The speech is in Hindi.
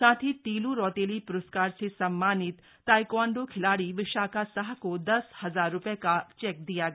साथ ही तीलू रौतेली प्रस्कार से सम्मानित ताइक्वांडो खिलाड़ी विशाखा साह को दस हजार रुपये का चेक दिया गया